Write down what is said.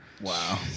wow